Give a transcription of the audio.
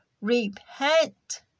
Repent